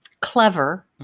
clever